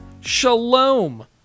Shalom